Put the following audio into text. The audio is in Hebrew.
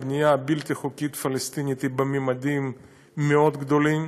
הבנייה הבלתי-חוקית הפלסטינית היא בממדים מאוד גדולים.